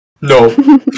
No